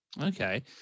Okay